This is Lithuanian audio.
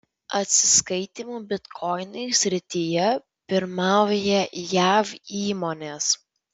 atsiskaitymų bitkoinais srityje pirmauja jav įmonės